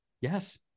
Yes